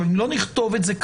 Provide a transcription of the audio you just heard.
לא נכתוב את זה כאן.